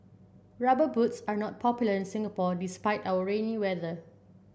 rubber boots are not popular in Singapore despite our rainy weather